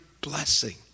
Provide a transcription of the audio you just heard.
blessing